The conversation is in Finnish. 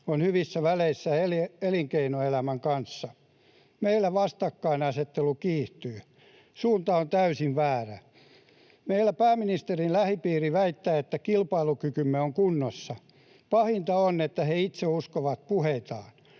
on hyvissä väleissä elinkeinoelämän kanssa. Meillä vastakkainasettelu kiihtyy. Suunta on täysin väärä. Meillä pääministerin lähipiiri väittää, että kilpailukykymme on kunnossa. Pahinta on, että he itse uskovat puheitaan.